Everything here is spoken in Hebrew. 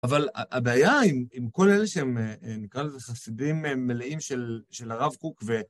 אבל הבעיה עם כל אלה שהם נקרא לזה חסידים מלאים של הרב קוק ו...